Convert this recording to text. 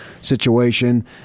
situation